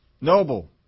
noble